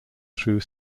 through